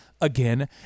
again